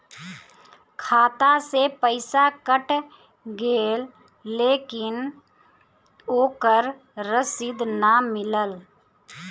खाता से पइसा कट गेलऽ लेकिन ओकर रशिद न मिलल?